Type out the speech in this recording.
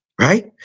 Right